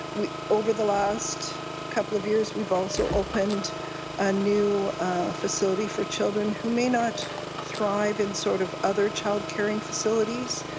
over the last couple of years, we have also opened a new facility for children who may not thrive in sort of other child caring facilities